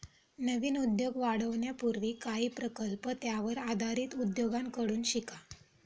नवीन उद्योग वाढवण्यापूर्वी काही प्रकल्प त्यावर आधारित उद्योगांकडून शिका